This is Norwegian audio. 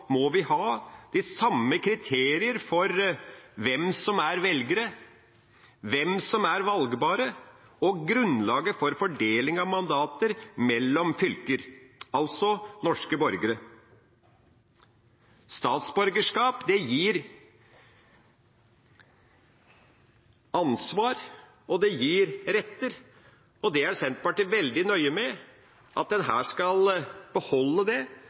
må vi ha de samme kriterier for hvem som er velgere, hvem som er valgbare, og grunnlaget for fordeling av mandater mellom fylker – altså norske borgere. Statsborgerskap gir ansvar, og det gir retter, og Senterpartiet er veldig nøye med at en her skal beholde det. Det norske statsborgerskapet gir rettigheter, og det